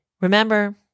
Remember